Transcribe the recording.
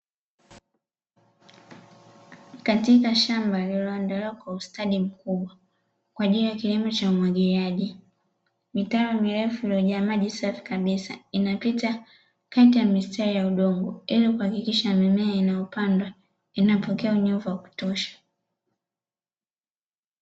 Katika shamba lililoandaliwa kwa ustadi mkubwa kwa ajili ya kilimo cha umwagiliaji mitaro mirefu, iliyojaa maji safi kabisa inapita kati ya mistari ya udongo ili kuhakikisha mimea iliyopandwa inapokea unyevu wa kutosha.